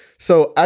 so ah